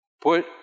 Put